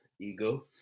ego